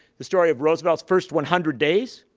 the story of roosevelt's first one hundred days.